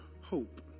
hope